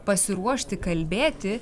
pasiruošti kalbėti